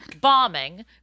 bombing